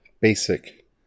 basic